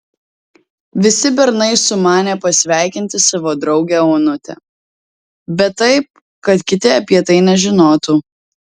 visi bernai sumanė pasveikinti savo draugę onutę bet taip kad kiti apie tai nežinotų